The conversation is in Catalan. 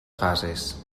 fases